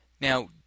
now